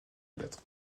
lettres